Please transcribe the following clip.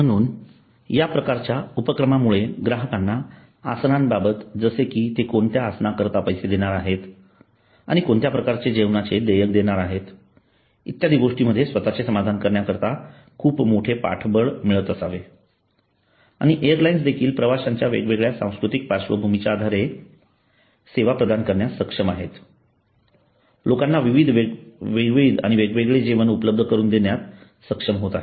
म्हणून या प्रकारच्या उपक्रमामुळे ग्राहकांना आसनांबाबत जसे कि ते कोणत्या आसना करता पैसे देणार आहेत आणि कोणत्या प्रकारच्या जेवणाचे देयक देणार आहेत इत्यादी गोष्टींमध्ये स्वतःचे समाधान करण्याकरता खुप मोठे पाठबळ मिळत असावे आणि एअरलाइन्स देखील प्रवाश्यांच्या वेगवेगळ्या सांस्कृतिक पार्श्वभूमीच्या आधारे प्रदान करण्यास सक्षम आहेत लोकांना विविध प्रकावेगवेगळे जेवण उपलब्ध करून देण्यास सक्षम होतात